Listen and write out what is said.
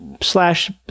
slash